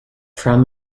from